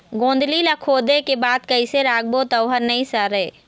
गोंदली ला खोदे के बाद कइसे राखबो त ओहर नई सरे?